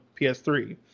PS3